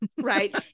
right